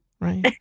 Right